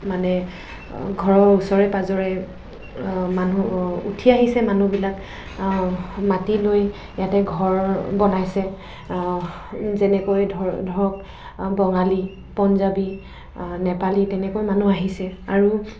মানে ঘৰৰ ওচৰে পাজৰে মানুহ উঠি আহিছে মানুহবিলাক মাটি লৈ ইয়াতে ঘৰ বনাইছে যেনেকৈ ধৰ ধৰক বঙালী পঞ্জাৱী নেপালী তেনেকৈ মানুহ আহিছে আৰু